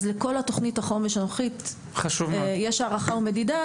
אז לכל תוכנית החומש הנוכחית יש הערכה ומדידה.